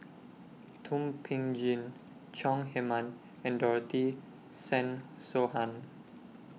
Thum Ping Tjin Chong Heman and Dorothy Tessensohn